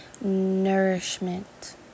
nourishment